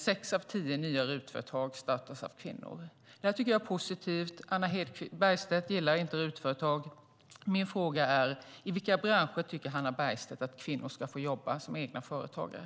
Sex av tio nya RUT-företag startas av kvinnor. Jag tycker att det är positivt. Hannah Bergstedt gillar inte RUT-företag. Min fråga är: I vilka branscher tycker Hannah Bergstedt att kvinnor ska få jobba som egna företagare?